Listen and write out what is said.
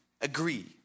agree